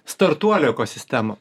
startuolių ekosistemą